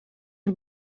him